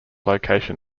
location